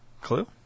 Clue